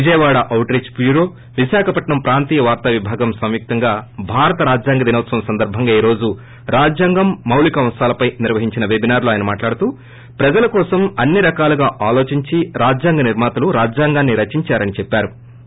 Vijayawada outreach bureau Visakhapatnam ప్రాంతీయ వార్త విభాగం సంయుక్తంగా భారత రాజ్యాంగ దినోత్సవం సందర్భంగా ఈ రోజు రాజ్యాంగం మౌలిక అంశాల పైన నిర్వహించిన పెబినార్ లో ఆయన మాట్లాడుతూ ప్రజల కోసం అన్ని రకాలుగా ఆలోచించి రాజ్యాంగ నిర్మాతలు రాజ్యాంగాన్ని రచిందారని అన్నారు